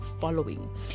following